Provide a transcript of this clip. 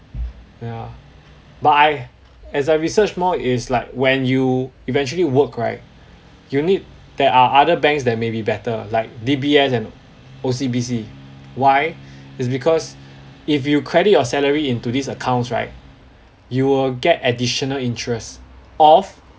yeah but I as I research more it's like when you eventually work right you need there are other banks that may be better like D_B_S and O_C_B_C why it's because if you credit your salary into these accounts right you will get additional interest off